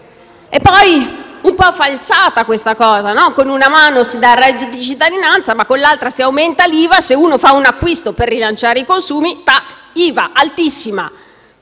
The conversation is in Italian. E poi è un po' falsata questa cosa: con una mano si dà il reddito di cittadinanza, con l'altra si aumenta l'IVA per cui se uno fa un acquisto per rilanciare i consumi, si trova un'IVA altissima.